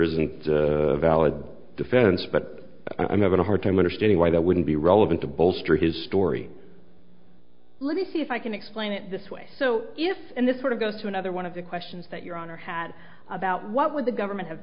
isn't a valid defense but i'm having a hard time understanding why that wouldn't be relevant to bolster his story let me see if i can explain it this way so if this sort of goes to another one of the questions that your honor had about what would the government have